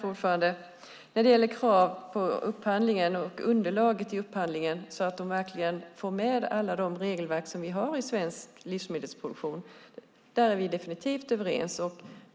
Fru talman! När det gäller krav på upphandlingen och underlaget i upphandlingen, så att man verkligen får med alla de regelverk som vi har i svensk livsmedelsproduktion, är vi definitivt överens.